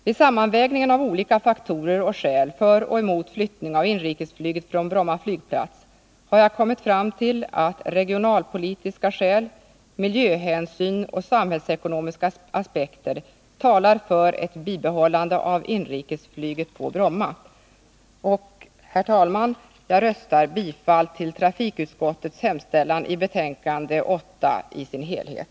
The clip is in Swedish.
Vid sammanvägningen av olika faktorer och skäl för och emot flyttning av inrikesflyget från Bromma flygplats har jag kommit fram till att regionalpolitiska skäl, miljöhänsyn och samhällsekonomiska aspekter talar för ett bibehållande av inrikesflyget på Bromma. Herr talman! Jag yrkar bifall till trafikutskottets hemställan i betänkande 8 i dess helhet.